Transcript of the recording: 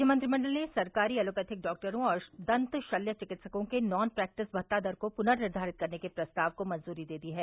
राज्य मंत्रिमंडल ने सरकारी एलोपैथिक डाक्टरों और दन्त शल्य चिकित्सकों के नॉन प्रैक्टिस भत्ता दर को पुनर्निधारित करने के प्रस्ताव को मंजूरी दे दी है